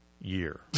year